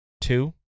Two